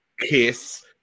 Kiss